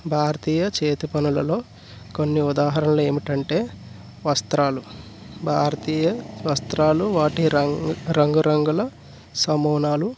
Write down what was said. భారతీయ చేతి పనులలో కొన్ని ఉదాహరణలేమిటంటే వస్త్రాలు భారతీయ వస్త్రాలు వాటి రంగు రంగురంగుల సమునాలు